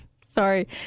sorry